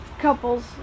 couples